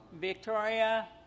Victoria